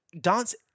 dance